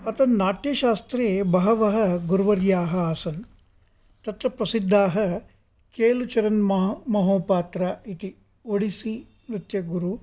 अत्र नाट्य शास्त्रे बहवः गुरुवर्याः आसन् तत्र प्रसिद्धाः केल् चरण् मह महोपात्र इति ओडिस्सि नृत्यगुरु